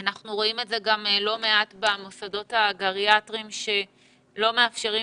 אנחנו רואים את זה גם לא מעט במוסדות הגריאטריים שלא מאפשרים